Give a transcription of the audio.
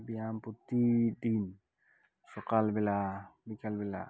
ᱵᱮᱭᱟᱢ ᱯᱨᱚᱛᱤ ᱫᱤᱱ ᱥᱚᱠᱟᱞ ᱵᱮᱞᱟ ᱵᱤᱠᱟᱞ ᱵᱮᱞᱟ